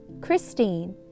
Christine